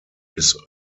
his